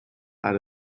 had